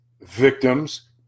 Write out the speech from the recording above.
Victims